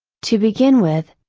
to begin with,